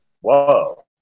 Whoa